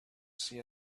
see